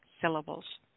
syllables